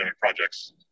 projects